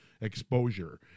exposure